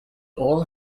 all